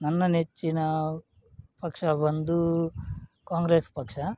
ನನ್ನ ನೆಚ್ಚಿನ ಪಕ್ಷ ಬಂದು ಕಾಂಗ್ರೆಸ್ ಪಕ್ಷ